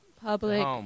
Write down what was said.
public